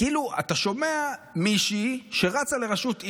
אתה שומע מישהי שרצה לראשות עיר,